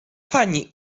pani